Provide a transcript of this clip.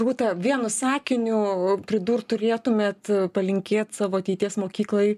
rūta vienu sakiniu pridurt turėtumėt palinkėt savo ateities mokyklai